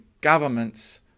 government's